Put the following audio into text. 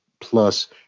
plus